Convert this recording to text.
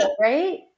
right